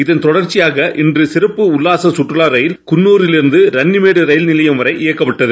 இதன்தொடர்ச்சியாக இன்று சிறப்புஉல்லாசசுற்றுலாரயில்குன்னூரிலிருந்துர ன்னிமேடுரயில் நிலையம்வரைஇயக்கப்பட்டது